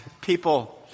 people